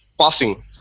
passing